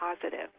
positive